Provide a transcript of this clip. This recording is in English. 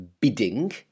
bidding